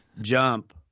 Jump